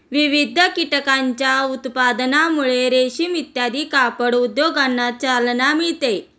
विविध कीटकांच्या उत्पादनामुळे रेशीम इत्यादी कापड उद्योगांना चालना मिळते